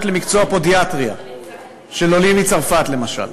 למקצוע הפודיאטריה של עולים מצרפת למשל,